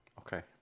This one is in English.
Okay